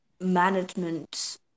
management